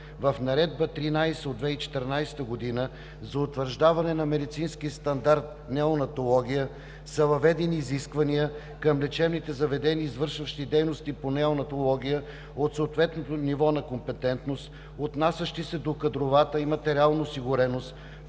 в Наредба № 13 от 2014 г. за утвърждаване на медицински стандарт „Неонатология“ са въведени изисквания към лечебните заведения, извършващи дейности по неонатология от съответното ниво на компетентност, отнасящи се до кадровата и материалната осигуреност,